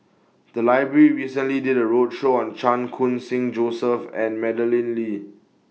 The Library recently did A roadshow on Chan Khun Sing Joseph and Madeleine Lee